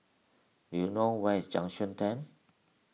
do you know where is Junction ten